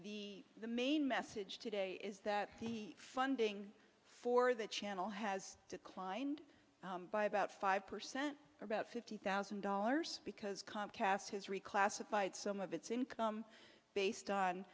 the main message today is that the funding for the channel has declined by about five percent or about fifty thousand dollars because comcast has reclassified some of its income based on